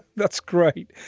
that's great.